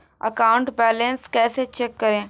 Account balance कैसे check करें?